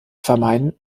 vermeiden